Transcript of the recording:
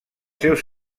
seus